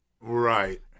Right